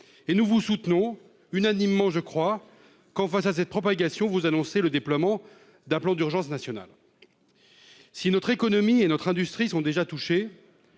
Nous vous soutenons, unanimement je crois, quand, face à cette propagation, vous annoncez le déploiement d'un plan d'urgence national. Si notre économie et notre industrie sont déjà touchées,